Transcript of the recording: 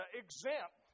exempt